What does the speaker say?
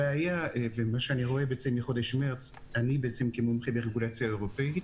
הבעיה ומה שאני רואה מחודש מרס אני כמומחה לרגולציה אירופאית